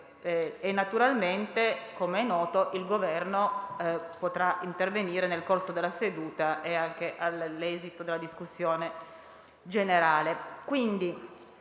Naturalmente, come noto, il Governo potrà intervenire nel corso della seduta e anche all'esito della discussione generale.